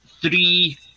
three